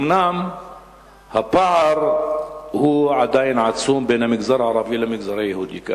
אומנם הפער בין המגזר הערבי למגזר היהודי הוא עדיין עצום,